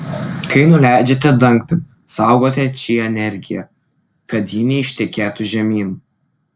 kai nuleidžiate dangtį saugote či energiją kad ji neištekėtų žemyn